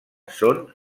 són